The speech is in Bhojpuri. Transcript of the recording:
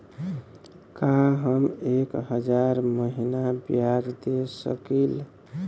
का हम एक हज़ार महीना ब्याज दे सकील?